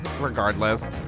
regardless